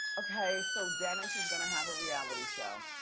okay, so dennis is gonna have a reality show.